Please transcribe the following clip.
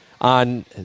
on